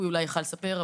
הוא אולי יכול לספר,